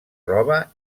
roba